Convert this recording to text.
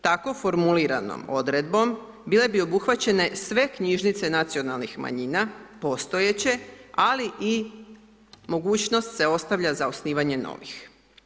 Tako formuliranom odredbom bile bi obuhvaćene sve knjižnice nacionalnih manjina, postojeće, ali i mogućnost se ostavlja za osnivanje novih.